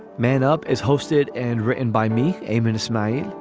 man up is hosted and written by me, ayman ismaii.